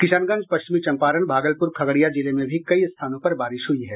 किशनगंज पश्चिमी चंपारण भागलपुर खगडिया जिले में भी कई स्थानों पर बारिश हुई है